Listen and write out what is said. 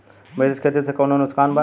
मिश्रित खेती से कौनो नुकसान बा?